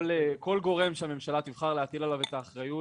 כל גורם שהממשלה תבחר להטיל עליו את האחריות,